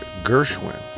Gershwin